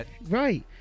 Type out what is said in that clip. Right